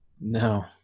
No